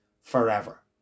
forever